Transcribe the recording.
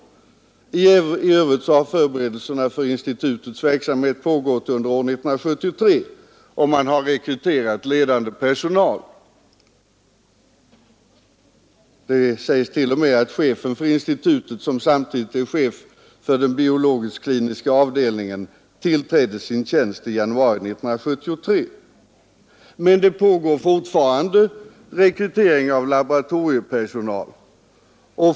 I övrigt har förberedelserna för institutets verksamhet pågått under 1973, och man har rekryterat ledande personal. Det sägs t.o.m. att chefen för institutet, som samtidigt är chef för den biologisk-kliniska avdelningen, tillträdde sin tjänst i januari 1973. Men fortfarande pågår rekryteringen av laboratoriepersonal.